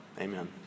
Amen